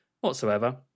whatsoever